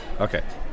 Okay